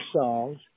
songs